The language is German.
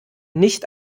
nicht